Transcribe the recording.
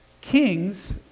Kings